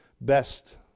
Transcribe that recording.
best